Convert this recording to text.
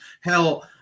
Hell